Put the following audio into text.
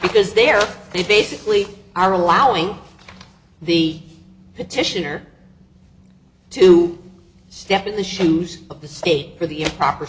because there they basically are allowing the petitioner to step in the shoes of the state for the improper